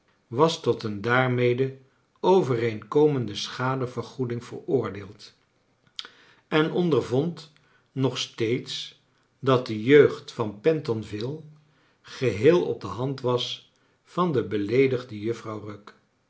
was tot een daarmede overeenkomende schadevergoeding veroordeeld en ondervond nog steeds dat de jeugd van pentonville geheel op de hand was van de beleedigde